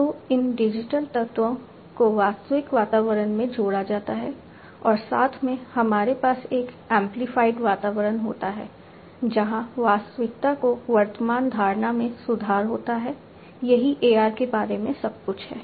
तो इन डिजिटल तत्वों को वास्तविक वातावरण में जोड़ा जाता है और साथ में हमारे पास एक एमप्लीफाइड वातावरण होता है जहां वास्तविकता की वर्तमान धारणा में सुधार होता है यही AR के बारे में सब कुछ है